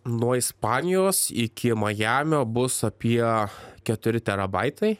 nuo ispanijos iki majamio bus apie keturi terabaitai